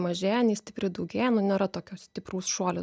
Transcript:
mažėja nei stipriai daugėja nėra tokio stipraus šuolio